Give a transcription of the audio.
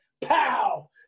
Pow